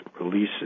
releases